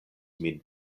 min